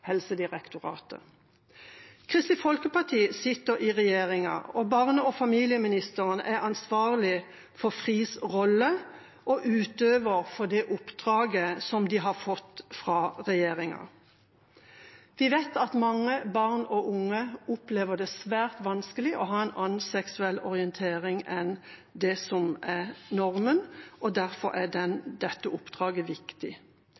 Helsedirektoratet. Kristelig Folkeparti sitter i regjeringa, og barne- og familieministeren er ansvarlig for FRIs rolle som utøver av det oppdraget de har fått fra regjeringa. Vi vet at mange barn og unge opplever det svært vanskelig å ha en annen seksuell orientering enn det som er normen, derfor er dette oppdraget viktig.